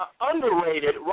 underrated